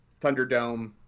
Thunderdome